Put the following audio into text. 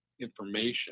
information